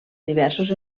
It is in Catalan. diversos